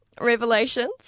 revelations